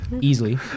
Easily